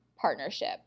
partnership